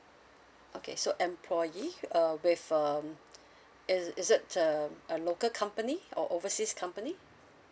okay so employee uh with um is is it um a local company or overseas company